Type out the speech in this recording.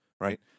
right